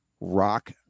rock